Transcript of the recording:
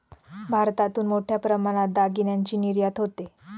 भारतातून मोठ्या प्रमाणात दागिन्यांची निर्यात होते